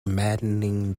maddening